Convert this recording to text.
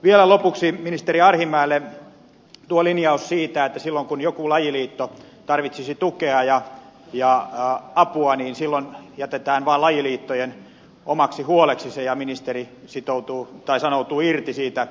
vielä lopuksi ministeri arhinmäelle tuosta linjauksesta että silloin kun joku lajiliitto tarvitsisi tukea ja apua niin jätetään se vaan lajiliittojen omaksi huoleksi ja ministeri sanoutuu irti siitä tukemisesta